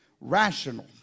rational